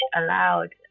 allowed